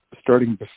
starting